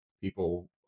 people